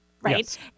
right